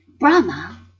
Brahma